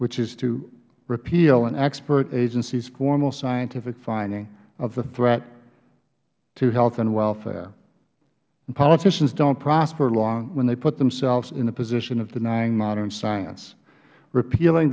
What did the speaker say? which is to repeal an expert agency's formal scientific finding of the threat to health and welfare and politicians don't prosper long when they put themselves in the position of denying modern science repealing